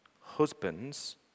Husbands